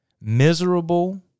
Miserable